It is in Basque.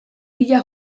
bila